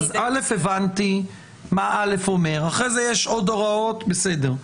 (א) הבנתי, אחרי זה יש עוד הוראות, בסדר.